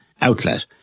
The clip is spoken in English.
Outlet